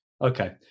Okay